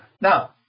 Now